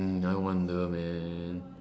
hmm I wonder man